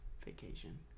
vacation